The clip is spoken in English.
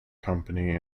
company